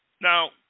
Now